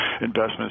investments